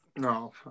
No